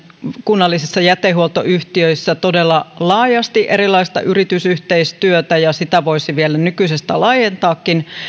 kunnallisissa jätehuoltoyhtiöissä todella laajasti erilaista yritysyhteistyötä ja sitä voisi vielä nykyisestään laajentaakin